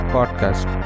Podcast